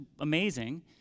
amazing